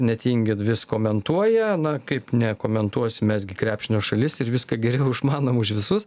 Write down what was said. netingit vis komentuoja na kaip nekomentuosim mes gi krepšinio šalis ir viską geriau išmanom už visus